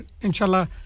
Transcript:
inshallah